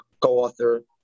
co-author